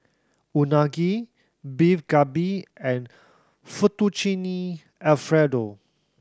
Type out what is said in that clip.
Unagi Beef Galbi and Fettuccine Alfredo